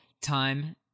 time